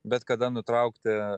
bet kada nutraukti